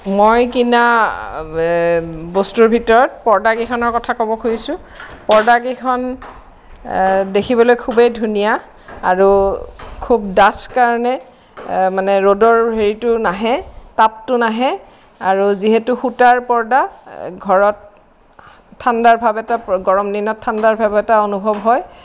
মই কিনা বস্তুৰ ভিতৰত পৰ্দা কেইখনৰ কথা ক'ব খুজিছোঁ পৰ্দাকেইখন দেখিবলৈ খুবেই ধুনীয়া আৰু খুব ডাঠ কাৰণে মানে ৰ'দৰ হেৰিটো নাহে তাপটো নাহে আৰু যিহেতু সূতাৰ পৰ্দা ঘৰত ঠাণ্ডাৰ ভাৱ এটা গৰম দিনত ঠাণ্ডাৰ ভাৱ এটা অনুভৱ হয়